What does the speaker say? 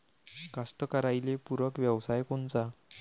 कास्तकाराइले पूरक व्यवसाय कोनचा?